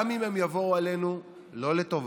גם אם הן יבואו עלינו, לא לטובה,